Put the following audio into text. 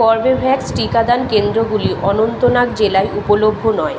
Corbevax টিকাদান কেন্দ্রগুলি অনন্তনাগ জেলায় উপলভ্য নয়